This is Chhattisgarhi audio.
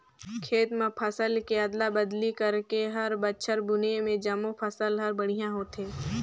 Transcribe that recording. खेत म फसल के अदला बदली करके हर बछर बुने में जमो फसल हर बड़िहा होथे